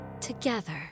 together